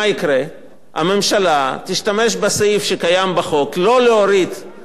הממשלה תשתמש בסעיף שקיים בחוק לגבי ההפחתה